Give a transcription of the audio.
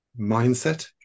mindset